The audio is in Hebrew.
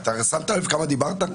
שמת לב כמה זמן דיברת?